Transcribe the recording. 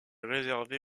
réservé